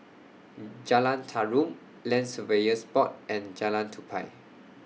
Jalan Tarum Land Surveyors Board and Jalan Tupai